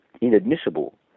inadmissible